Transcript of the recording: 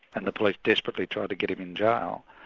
and the police desperately tried to get him in jail,